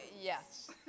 Yes